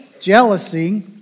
jealousy